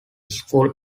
school